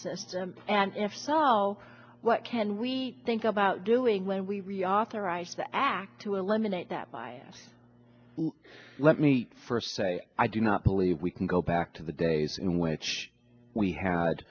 system and if so how what can we think about doing when we reauthorize the act to eliminate that bias let me first say i do not believe we can go back to the days in which we had